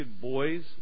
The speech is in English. boys